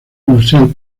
industrial